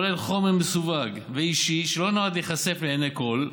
יש חומר מסווג ואישי שלא נועד להיחשף לעיני כול.